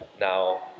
Now